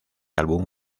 álbum